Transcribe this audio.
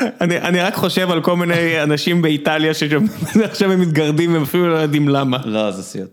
אני רק חושב על כל מיני אנשים באיטליה שעכשיו הם מתגרדים, והם אפילו לא יודעים למה. לא, זה סיוט.